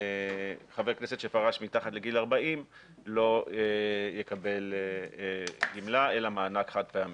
שחבר כנסת שפרש מתחת לגיל 40 לא יקבל גמלה אלא מענק חד פעמי.